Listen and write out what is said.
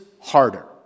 harder